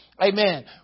Amen